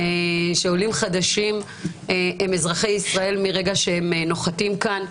עולים חדשים הם אזרחי ישראל מרגע שהם נוחתים כאן.